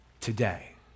today